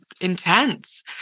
intense